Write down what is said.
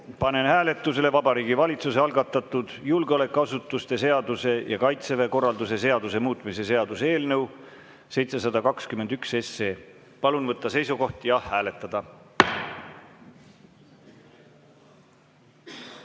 panen hääletusele Vabariigi Valitsuse algatatud julgeolekuasutuste seaduse ja Kaitseväe korralduse seaduse muutmise seaduse eelnõu 721. Palun võtta seisukoht ja hääletada!